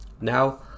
Now